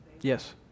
yes